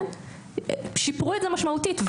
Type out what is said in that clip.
שיפרו את זה משמעותית.